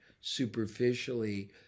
superficially